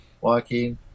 walking